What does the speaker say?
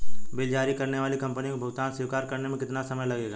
Bill जारी करने वाली कंपनी को भुगतान स्वीकार करने में कितना समय लगेगा?